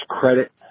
credit